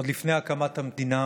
עוד לפני הקמת המדינה